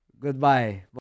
Goodbye